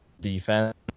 defense